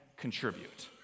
contribute